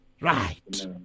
Right